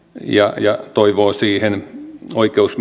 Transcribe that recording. ja ja toivoo siihen oikeus